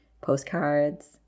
postcards